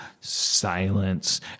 silence